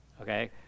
okay